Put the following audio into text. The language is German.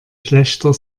schlächter